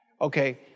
Okay